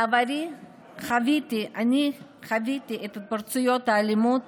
בעברי אני חוויתי את ההתפרצויות האלימות